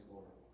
Lord